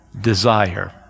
desire